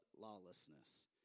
lawlessness